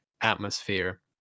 atmosphere